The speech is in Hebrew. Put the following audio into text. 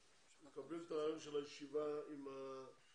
מקבל את הרעיון לקיים ישיבה עם הפייסבוק,